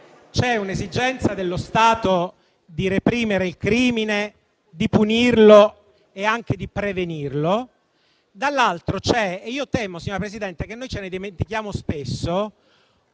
C'è un'esigenza dello Stato di reprimere il crimine, di punirlo e anche di prevenirlo. Dall'altra parte - e io temo, signora Presidente, che noi ce ne dimentichiamo spesso